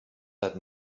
that